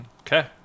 Okay